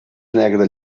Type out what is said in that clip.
negre